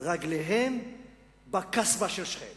רגליהם בקסבה של שכם